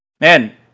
Man